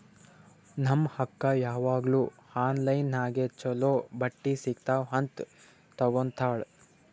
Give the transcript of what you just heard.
ನಮ್ ಅಕ್ಕಾ ಯಾವಾಗ್ನೂ ಆನ್ಲೈನ್ ನಾಗೆ ಛಲೋ ಬಟ್ಟಿ ಸಿಗ್ತಾವ್ ಅಂತ್ ತಗೋತ್ತಾಳ್